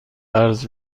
قرض